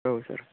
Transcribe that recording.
औ सार